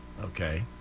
okay